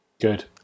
Good